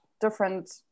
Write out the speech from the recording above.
different